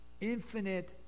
Infinite